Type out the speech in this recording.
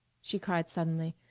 she cried suddenly,